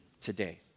today